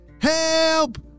Help